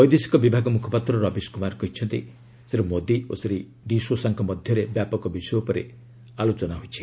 ବୈଦେଶିକ ବିଭାଗ ମୁଖପାତ୍ର ରବିଶ କୁମାର କହିଛନ୍ତି ଶ୍ରୀ ମୋଦୀ ଓ ଶ୍ରୀ ଡି ସୋସାଙ୍କ ମଧ୍ୟରେ ବ୍ୟାପକ ବିଷୟ ଉପରେ ଆଲୋଚନା ହୋଇଛି